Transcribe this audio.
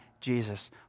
Jesus